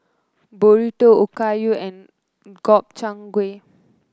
Burrito Okayu and Gobchang Gui